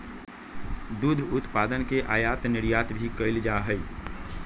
दुध उत्पादन के आयात निर्यात भी कइल जा हई